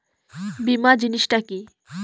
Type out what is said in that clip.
বীমা জিনিস টা কি?